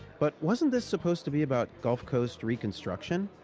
but wasn't this supposed to be about gulf coast reconstruction?